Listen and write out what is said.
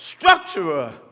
structurer